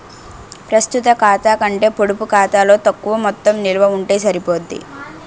ప్రస్తుత ఖాతా కంటే పొడుపు ఖాతాలో తక్కువ మొత్తం నిలవ ఉంటే సరిపోద్ది